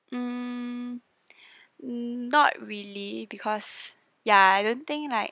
hmm not really because ya I don't think like